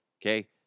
Okay